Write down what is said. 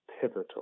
pivotal